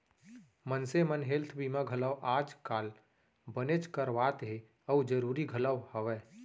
मनसे मन हेल्थ बीमा घलौ आज काल बनेच करवात हें अउ जरूरी घलौ हवय